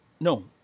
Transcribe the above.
no